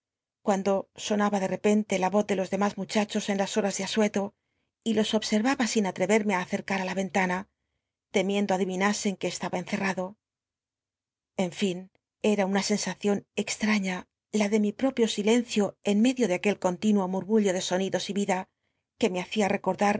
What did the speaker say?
cuando sonaba de repente la oz de los dcmas muas de asueto y los observaba sin r hachos en las hoa ti la ventana temiendo ad iviataeycame acercaa nasen que estaba cnccaado en lln era una scnsacion cxtralia la de mi propio silencio en medio de aquel continuo murmullo de sonidos y vida que me hacia recordar